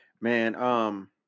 Man